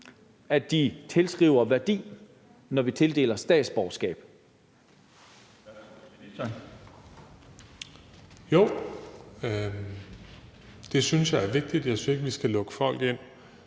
de tilskriver værdi, når vi tildeler statsborgerskab?